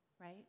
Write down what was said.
right